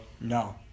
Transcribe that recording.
No